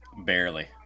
Barely